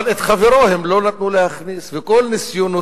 אבל את חברו הם לא נתנו להכניס, וכל ניסיונותיו